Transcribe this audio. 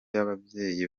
y’ababyeyi